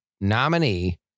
nominee